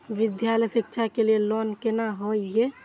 विद्यालय शिक्षा के लिय लोन केना होय ये?